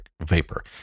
vapor